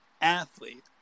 athlete